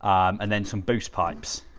um and then some boost pipes.